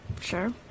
Sure